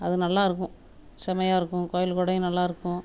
அது நல்லா இருக்கும் செமையாக இருக்கும் கோவில் கொடையும் நல்லா இருக்கும்